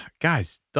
guys